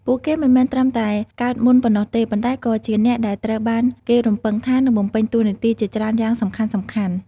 ពួកគេមិនមែនត្រឹមតែកើតមុនប៉ុណ្ណោះទេ ប៉ុន្តែក៏ជាអ្នកដែលត្រូវបានគេរំពឹងថានឹងបំពេញតួនាទីជាច្រើនយ៉ាងសំខាន់ៗ។